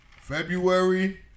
February